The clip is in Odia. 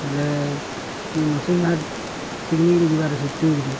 ବୋଲେ ଇ ନୃସିଂନାଥ ପିକନିକ୍ରେ ଯିବାର ଅଛି ଟ୍ରିପ୍ରେ